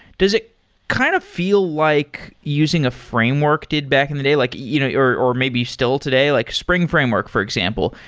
does it kind of feel like using a framework did back in the day, like you know or maybe still today, like spring framework, for example.